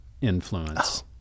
influence